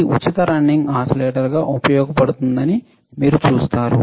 ఇది ఉచిత రన్నింగ్ ఓసిలేటర్లుగా ఉపయోగించబడుతుందని మీరు చూసారు